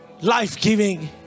life-giving